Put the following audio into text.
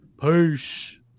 Peace